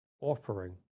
offering